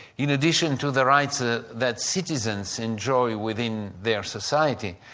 in addition to the rights ah that citizens enjoy within their society,